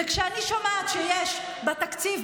וכשאני שומעת שיש בתקציב,